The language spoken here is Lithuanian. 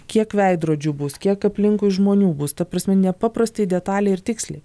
kiek veidrodžių bus kiek aplinkui žmonių bus ta prasme nepaprastai detaliai ir tiksliai